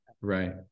Right